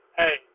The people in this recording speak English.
hey